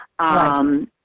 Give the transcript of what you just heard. Right